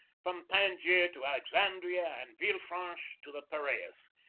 from tangier to alexan dria and villefranche to the piraeus.